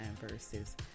versus